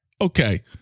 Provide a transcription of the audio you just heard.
Okay